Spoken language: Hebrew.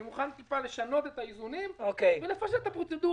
אני מוכן טיפה לשנות את האיזונים ולפשט את הפרוצדורה.